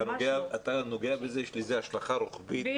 אתה נוגע בזה יש לזה השלכה רוחבית,